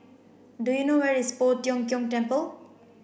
do you know where is Poh Tiong Kiong Temple